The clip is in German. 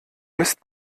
mist